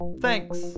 Thanks